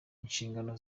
inshingano